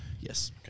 Yes